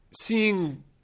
seeing –